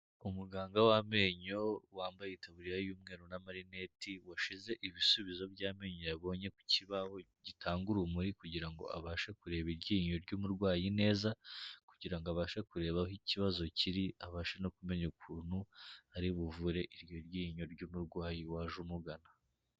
Umuganga w'amenyo wambaye itaburiya y'umweru n'amarineti, washize ibisubizo by'amenyo yabonye ku kibaho gitanga urumuri kugira abashe kureba iryinyo ry'umurwayi neza, kugira ngo abashe kureba aho ikibazo kiri, abashe no kumenya ukuntu ari buvure iryo ryinyo ry'umurwayi waje umugana.